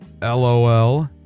lol